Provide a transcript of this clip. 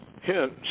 Hence